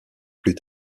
plus